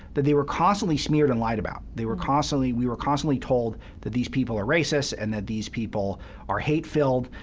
that they were constantly smeared and lied about. they were constantly we were constantly told that these people are racist and that these people are hate-filled.